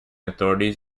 authorities